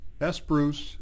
sbruce